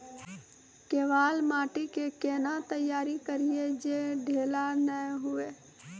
केवाल माटी के कैना तैयारी करिए जे ढेला नैय हुए?